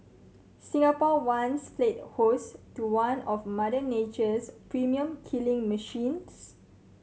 Singapore once played host to one of Mother Nature's premium killing machines